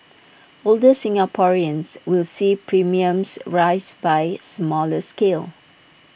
older Singaporeans will see premiums rise by smaller scale